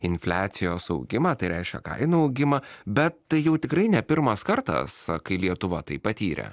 infliacijos augimą tai reiškia kainų augimą bet tai jau tikrai ne pirmas kartas kai lietuva tai patyrė